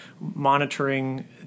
monitoring